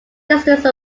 distance